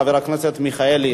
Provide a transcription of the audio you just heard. חבר הכנסת מיכאלי.